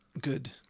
Good